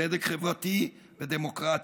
צדק חברתי ודמוקרטיה.